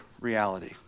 reality